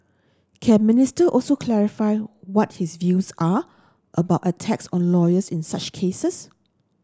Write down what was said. can Minister also clarify what his views are about attacks on lawyers in such cases